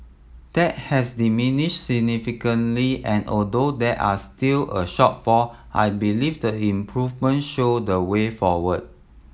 that has diminished significantly and although there are still a shortfall I believe the improvement show the way forward